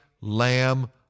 Lamb